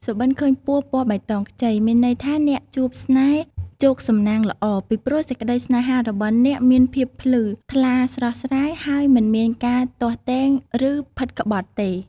សុបិន្តឃើញពស់ពណ៌បៃតងខ្ចី មានន័យថា អ្នកជួបស្នេហ៍ជោគសំណាងល្អ ពីព្រោះសេចក្តីសេ្នហារបស់អ្នកមានភាពភ្លឺ ថ្លាស្រស់ស្រាយ ហើយមិនមានការទាស់ទែង ឬ ផិតក្បត់ទេ។